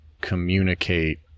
communicate